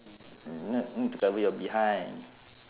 n~ need need to cover your behind